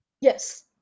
yes